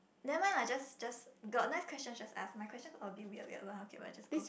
never mind lah just just got next question just ask my questions all a bit weird weird one okay but just go